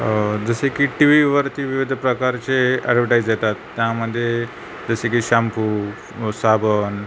जसे की टीव्हीवरती विविध प्रकारचे ॲडवटाईज येतात त्यामध्ये जसे की शाम्पू साबण